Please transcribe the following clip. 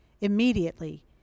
Immediately